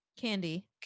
Candy